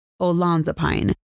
olanzapine